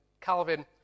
Calvin